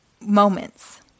moments